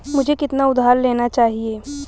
मुझे कितना उधार लेना चाहिए?